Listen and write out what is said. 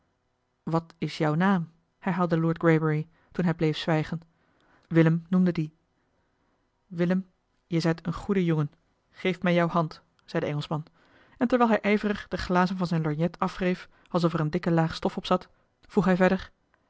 wat is jou naam herhaalde lord greybury toen hij bleef zwijgen willem noemde dien willem jij zijt een goede jongen geef mij jou hand zei de engelschman en terwijl hij ijverig de glazen van zijn lorgnet af wreef alsof er eene dikke laag stof op zat vroeg hij verder